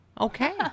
okay